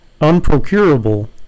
unprocurable